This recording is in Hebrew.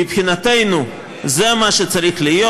מבחינתנו זה מה שצריך להיות,